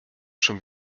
schon